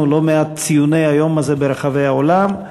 לא מעט ציונים של היום הזה ברחבי העולם.